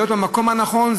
להיות במקום הנכון,